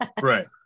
Right